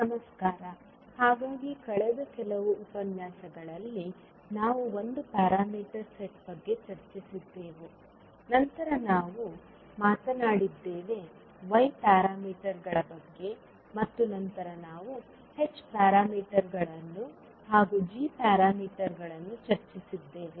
ನಮಸ್ಕಾರ ಹಾಗಾಗಿ ಕಳೆದ ಕೆಲವು ಉಪನ್ಯಾಸಗಳಲ್ಲಿ ನಾವು ಒಂದು ಪ್ಯಾರಾಮೀಟರ್ ಸೆಟ್ ಬಗ್ಗೆ ಚರ್ಚಿಸಿದ್ದೆವು ನಂತರ ನಾವು ಮಾತನಾಡಿದ್ದೇವೆ y ಪ್ಯಾರಾಮೀಟರ್ಗಳ ಬಗ್ಗೆ ಮತ್ತು ನಂತರ ನಾವು h ಪ್ಯಾರಾಮೀಟರ್ಗಳನ್ನು ಹಾಗೂ g ಪ್ಯಾರಾಮೀಟರ್ಗಳನ್ನು ಚರ್ಚಿಸಿದ್ದೇವೆ